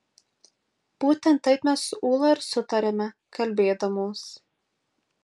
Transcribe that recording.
būtent taip mes su ūla ir sutariame kalbėdamos